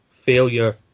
failure